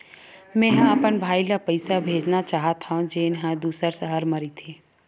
मेंहा अपन भाई ला पइसा भेजना चाहत हव, जेन हा दूसर शहर मा रहिथे